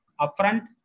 upfront